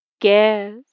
Guess